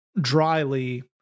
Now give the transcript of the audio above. dryly